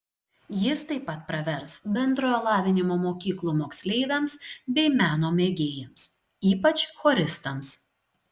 jis taip pat pravers bendrojo lavinimo mokyklų moksleiviams bei meno mėgėjams ypač choristams